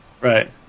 right